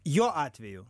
jo atveju